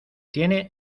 tiene